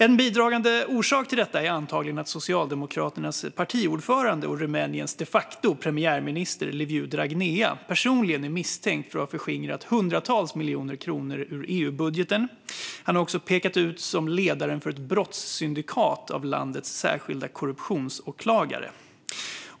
En bidragande orsak till detta är antagligen att Socialdemokratiska partiets partiordförande och Rumäniens de facto premiärminister Liviu Dragnea personligen är misstänkt för att ha förskingrat hundratals miljoner kronor ur EU-budgeten. Han har också pekats ut som ledaren för ett brottssyndikat av landets särskilda korruptionsåklagare.